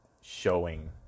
showing